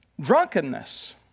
drunkenness